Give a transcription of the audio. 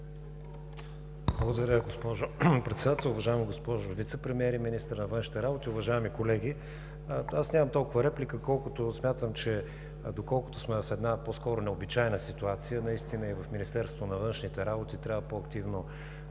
Благодаря, госпожо Председател. Уважаема госпожо Вицепремиер и министър на външните работи, уважаеми колеги! Аз нямам толкова реплика, колкото смятам, че доколкото сме в една по-скоро необичайна ситуация, наистина и в Министерството на външните работи трябва да